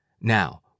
Now